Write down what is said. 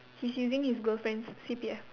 he's using his girlfriend's C_P_F